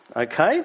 okay